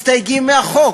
מסתייגים מהחוק.